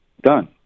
done